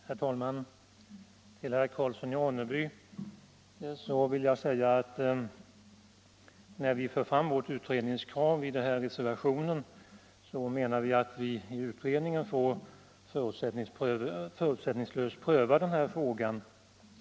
Herr talman! Till herr Karlsson i Ronneby vill jag säga att när vi för fram vårt utredningskrav beträffande egenföretagarnas avgifter i reservationen 6 vid socialförsäkringsutskottets betänkande nr 17 menar vi att utredningen får förutsättningslöst pröva frågan.